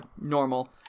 normal